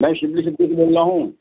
بھائی شبلی بول رہا ہوں